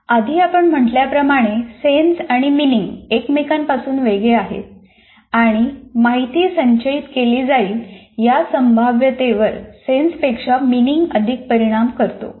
आधी आपण म्हटल्याप्रमाणे सेन्स आणि मिनिंग एकमेकांपासून वेगळे आहेत आणि माहिती संचयित केली जाईल या संभाव्यतेवर सेन्सपेक्षा मिनिंग अधिक परिणाम करतो